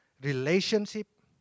relationship